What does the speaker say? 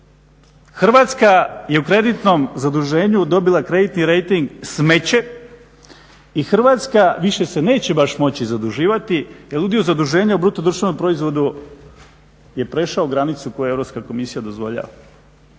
Hrvatska je u kreditno zaduženju dobila kreditni rejting smeće i Hrvatska više se neće baš moći zaduživati jer udio zaduženja u BDP-u je prešao granicu koju Europska komisija dozvoljava.